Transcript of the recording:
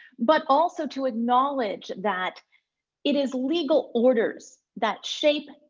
but also to acknowledge that it is legal orders that shape,